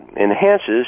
enhances